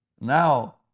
now